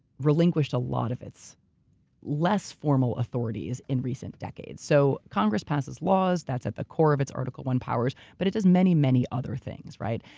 relinquished a lot of its less formal authorities in recent decades. so, congress passes laws. that's at the core of its article one powers, but it does many, many other things, right?